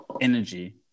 energy